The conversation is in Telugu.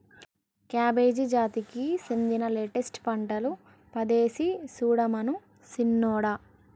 కాబేజి జాతికి సెందిన లెట్టస్ పంటలు పదేసి సుడమను సిన్నోడా